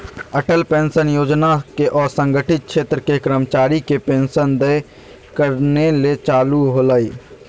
Atal pension Yojana के असंगठित क्षेत्र के कर्मचारी के पेंशन देय करने ले चालू होल्हइ